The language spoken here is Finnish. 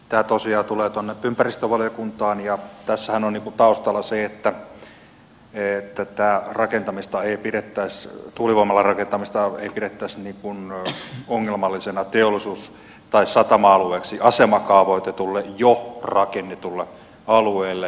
tämä tosiaan tulee ympäristövaliokuntaan ja tässähän on niin kuin taustalla se että tätä tuulivoimalan rakentamista ei pidä päässä tuli lomarakentamista oli kirkas pidettäisi ongelmallisena teollisuus tai satama alueeksi asemakaavoitetulle jo rakennetulle alueelle